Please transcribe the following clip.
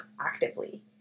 actively